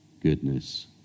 goodness